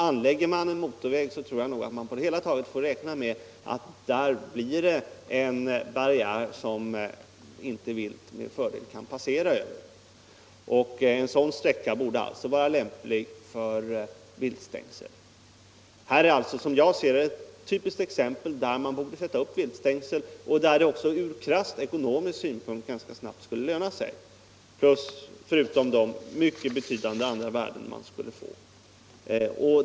Anlägger man en motorväg tror jag nog att man på det hela taget får räkna med att den blir en barriär som viltet intet med fördel kan passera över. En sådan sträcka borde alltså vara lämplig för uppsättning av viltstängsel. Här är alltså, som jag ser det, ett typiskt exempel där man borde sätta upp viltstängsel och där detta också ur krasst ekonomisk synpunkt ganska snabbt skulle löna sig, förutom de mycket betydande övriga värden som man därigenom skulle vinna.